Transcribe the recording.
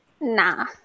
Nah